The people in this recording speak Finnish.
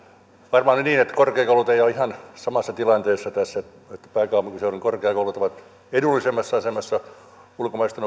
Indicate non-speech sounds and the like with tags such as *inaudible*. varmaan on niin että korkeakoulut eivät ole ihan samassa tilanteessa tässä että pääkaupunkiseudun korkeakoulut ovat edullisemmassa asemassa ulkomaisten *unintelligible*